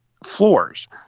Floors